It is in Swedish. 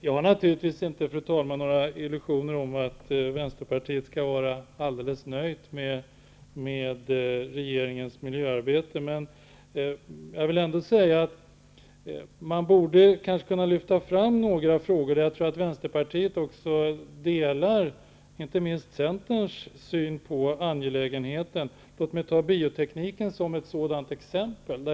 Jag har naturligtvis, fru talman, inga illusioner om att Vänsterpartiet skall vara alldeles nöjt med regeringens miljöarbete. Men man borde kunna lyfta fram några frågor där Vänsterpartiet delar inte minst Centerns uppfattning om angelägenheten att lösa dem. Låt mig ta biotekniken som ett sådant exempel.